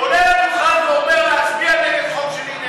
עולה לדוכן ואומר להצביע נגד חוק שלי.